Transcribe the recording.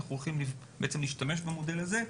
אנחנו הולכים להשתמש במודל הזה.